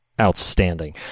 outstanding